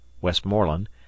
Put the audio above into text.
westmoreland